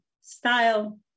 style